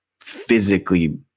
physically